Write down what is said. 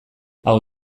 hau